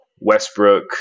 Westbrook